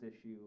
issue